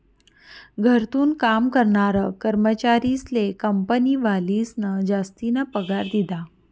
घरथून काम करनारा कर्मचारीस्ले कंपनीवालास्नी जासतीना पगार दिधा